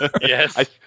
Yes